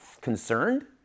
concerned